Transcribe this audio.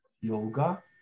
Yoga